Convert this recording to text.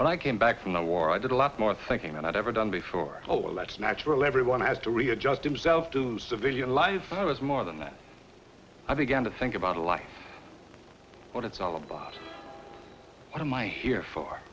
when i came back from the war i did a lot more thinking and i'd never done before oh well that's natural everyone has to readjust himself to civilian life i was more than that i began to think about life what it's all about what am i here for